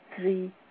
three